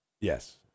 Yes